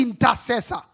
intercessor